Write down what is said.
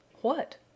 What